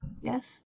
Yes